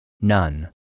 None